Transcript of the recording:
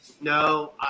No